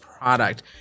product